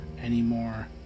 anymore